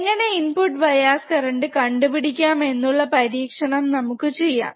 എങ്ങനെ input bias current കണ്ടുപിടിക്കാം എന്നുള്ള പരീക്ഷണം നമുക്ക് ചെയ്യാം